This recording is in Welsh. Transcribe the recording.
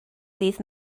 ddydd